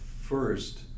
first